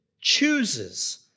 chooses